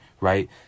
right